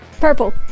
Purple